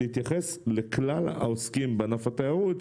להתייחס לכלל העוסקים בענף התיירות.